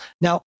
Now